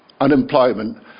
unemployment